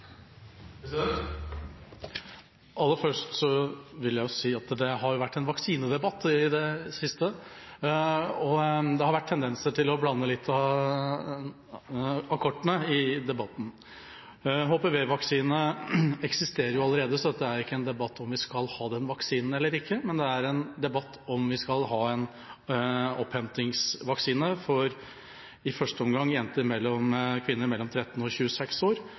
Aller først vil jeg nevne at det har vært en vaksinedebatt i det siste, og det har vært tendenser til å blande kortene litt i den debatten. HPV-vaksine eksisterer allerede, så dette er ikke en debatt om vi skal ha vaksinen eller ikke, men det er en debatt om vi skal ha en innhentingsvaksine, i første omgang for jenter og kvinner mellom 13 og 26 år,